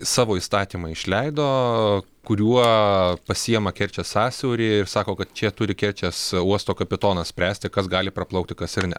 savo įstatymą išleido kuriuo pasijema kerčės sąsiaurį ir sako kad čia turi kerčės uosto kapitonas spręsti kas gali praplaukti kas ir ne